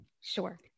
Sure